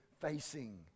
facing